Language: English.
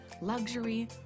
luxury